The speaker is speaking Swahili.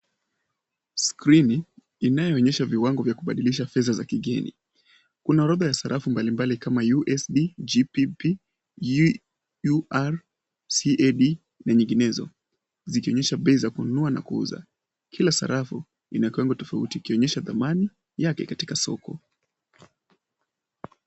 Skrini inayoonyesha viwango vya kubadilisha fedha za kigeni. Kuna orodha ya sarafu mbalimbali kama USD, GBP, EUR, CAD[]cs, na nyinginezo. Zikionyesha bei za kununua na kuuza. Kila sarafu ina kiwango tofauti kionyesha thamani yake katika soko.